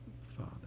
father